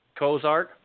Cozart